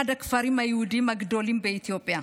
אחד הכפרים היהודיים הגדולים באתיופיה.